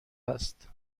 است